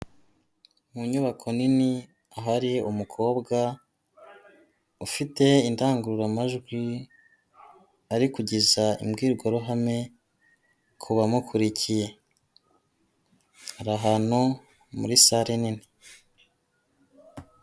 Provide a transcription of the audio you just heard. Mu nyubako nini ahari umukobwa ufite indangururamajwi, ari kugeza imbwirwaruhame ku bamukurikiye, ari ahantu muri sale nini.